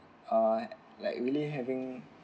uh like really having